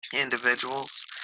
individuals